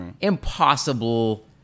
impossible